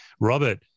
Robert